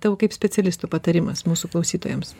tavo kaip specialisto patarimas mūsų klausytojams